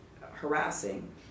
harassing